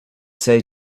say